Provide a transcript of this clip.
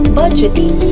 budgeting